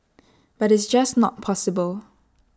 but it's just not possible